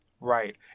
Right